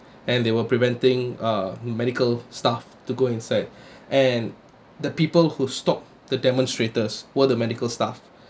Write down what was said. and they were preventing uh medical staff to go inside and the people who stopped the demonstrators were the medical staff